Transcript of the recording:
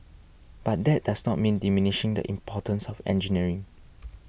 but that does not mean diminishing the importance of engineering